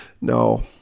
No